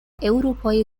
eŭropaj